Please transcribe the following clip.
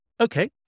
Okay